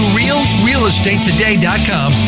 realrealestatetoday.com